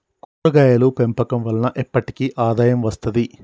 కూరగాయలు పెంపకం వలన ఎప్పటికి ఆదాయం వస్తది